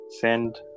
send